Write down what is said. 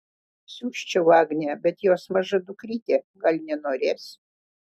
siųsčiau agnę bet jos maža dukrytė gal nenorės